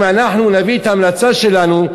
אם אנחנו נביא את ההמלצה שלנו,